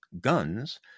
guns